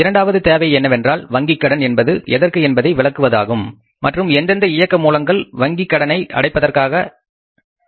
இரண்டாவது தேவை என்னவென்றால் வங்கி கடன் என்பது எதற்கு என்பதை விளக்குவதாகும் மற்றும் எந்தெந்த இயக்க மூலங்கள் வங்கிக் கடனை அடைப்பதற்காக ரொக்கம் வழங்குகின்றன